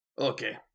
Okay